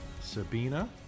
Sabina